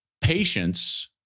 patience